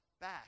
back